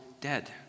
dead